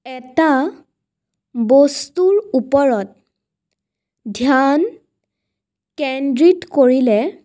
এটা বস্তুৰ ওপৰত ধ্যান কেন্দ্ৰিত কৰিলে